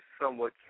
somewhat